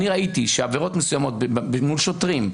אני ראיתי שעבירות מסוימות מול שוטרים,